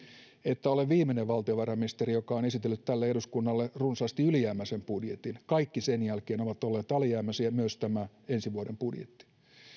että olen viimeinen valtiovarainministeri joka on esitellyt tälle eduskunnalle runsaasti ylijäämäisen budjetin kaikki budjetit sen jälkeen ovat olleet alijäämäisiä myös tämä ensi vuoden budjetti